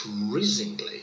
increasingly